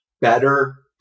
better